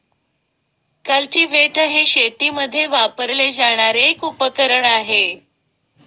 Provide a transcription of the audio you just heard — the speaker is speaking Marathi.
कल्टीवेटर हे शेतीमध्ये वापरले जाणारे एक उपकरण आहे